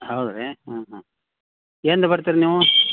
ಹೌದು ರೀ ಹಾಂ ಹಾಂ ಎಂದು ಬರ್ತೀರಿ ನೀವು